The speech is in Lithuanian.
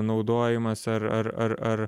naudojimas ar ar ar ar